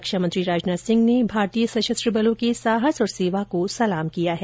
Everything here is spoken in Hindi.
रक्षा मंत्री राजनाथ सिंह ने भारतीय सशस्त्र बलों के साहस और सेवा को सलाम किया है